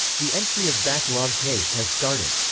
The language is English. the entry of back log case has started.